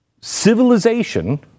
civilization